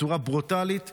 שבצורה ברוטלית,